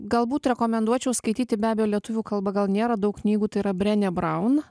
galbūt rekomenduočiau skaityti be abejo lietuvių kalba gal nėra daug knygų tai yra brenė braun